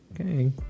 Okay